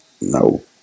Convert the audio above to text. No